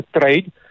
trade